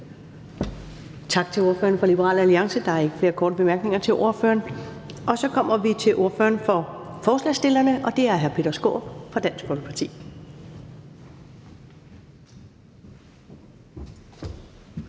Tak til ordføreren for Liberal Alliance. Der er ikke flere korte bemærkninger til ordføreren. Så kommer vi til ordføreren for forslagsstillerne, og det er hr. Peter Skaarup fra Dansk Folkeparti.